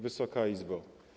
Wysoka Izbo!